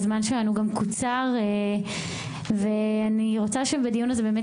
הזמן שלנו גם קוצר ואני רוצה שבדיון הזה באמת